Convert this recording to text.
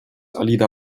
alida